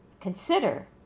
consider